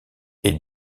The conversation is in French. est